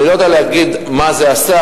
אני לא יודע להגיד מה זה עשה,